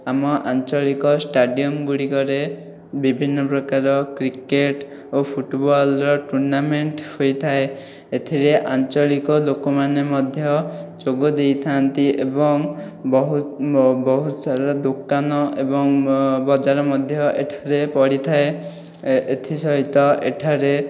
ଆମ ଆଞ୍ଚଳିକ ଷ୍ଟାଡିୟମ ଗୁଡ଼ିକରେ ବିଭିନ୍ନ ପ୍ରକାର କ୍ରିକେଟ ଓ ଫୁଟବଲର ଟୁର୍ଣ୍ଣାମେଣ୍ଟ ହୋଇଥାଏ ଏଥିରେ ଆଞ୍ଚଳିକ ଲୋକମାନେ ମଧ୍ୟ ଯୋଗଦେଇଥାନ୍ତି ଏବଂ ବହୁତ ବହୁତସାରା ଦୋକାନ ଏବଂ ବଜାର ମଧ୍ୟ ଏଠାରେ ପଡ଼ିଥାଏ ଏଥିସହିତ ଏଠାରେ